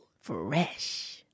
Fresh